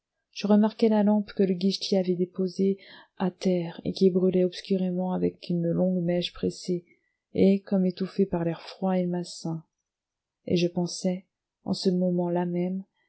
je remarquai la lampe que le guichetier avait déposée à terre et qui brûlait obscurément avec une longue mèche pressée et comme étouffée par l'air froid et malsain et je pensai en ce moment-là même